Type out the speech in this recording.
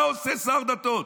מה עושה שר הדתות?